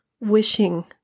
wishing